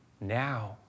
Now